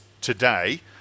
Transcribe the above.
today